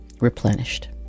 replenished